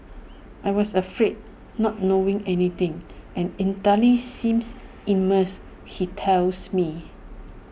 I was afraid not knowing anything and Italy seems immense he tells me